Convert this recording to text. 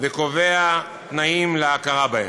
וקובע תנאים להכרה בהן.